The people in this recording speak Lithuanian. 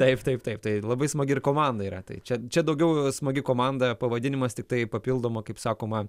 taip taip taip tai labai smagi ir komanda yra tai čia čia daugiau smagi komanda pavadinimas tiktai papildoma kaip sakoma